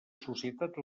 societat